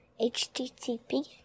HTTP